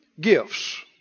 Gifts